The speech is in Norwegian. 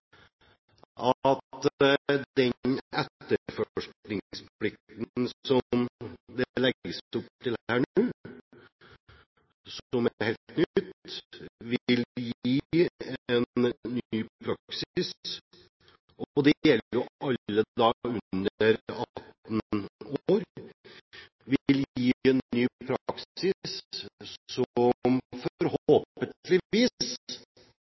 at den etterforskningsplikten som det legges opp til nå, som er helt ny, vil gi en ny praksis – det gjelder jo alle under 18 år – som forhåpentligvis